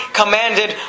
commanded